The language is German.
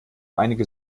einige